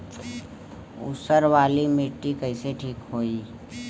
ऊसर वाली मिट्टी कईसे ठीक होई?